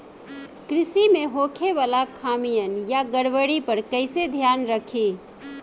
कृषि में होखे वाला खामियन या गड़बड़ी पर कइसे ध्यान रखि?